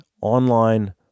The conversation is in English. online